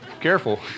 Careful